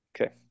Okay